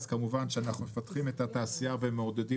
כמובן שאנחנו מפתחים את התעשייה ומעודדים